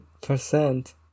percent